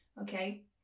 Okay